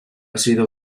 sido